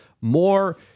more